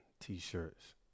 T-shirts